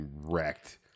wrecked